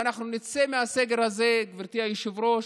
ואנחנו נצא מהסגר הזה, גברתי היושבת-ראש,